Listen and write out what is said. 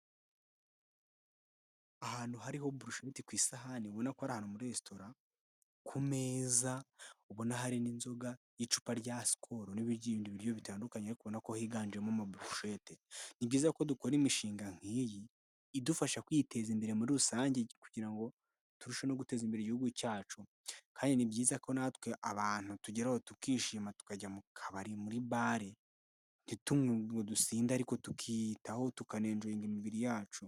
Ahantu hariho burushete ku isahani ubona ko ari ahantu muri resitora, ku meza ubona hari n'inzoga y'icupa rya sikoro n'ibiryo bitandukanye kuko nabyo higanjemo amaburushete, ni byiza ko dukora imishinga nk'iyi idufasha kwiteza imbere muri rusange kugira ngo turusheho guteza imbere igihugu cyacu kandi ni byiza ko natwe abantu tugeraho tukishima tukajya mu kabari, muri bale ntitunywe ngo dusinde ariko tukiyitaho, tukanenjoyinga imibiri yacu.